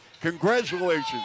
Congratulations